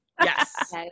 yes